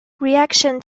reaction